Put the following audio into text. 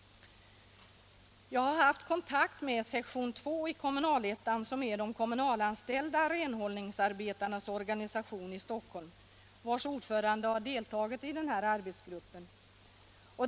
Jag har haft kontakt med sektion 2 i Kommunal-Ettan, som är de kommunalanställda renhållningsarbetarnas organisation i Stockholm, vars ordförande har deltagit i arbetsgruppen.